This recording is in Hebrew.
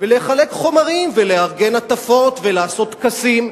לחלק חומרים ולארגן הטפות, ולעשות טקסים.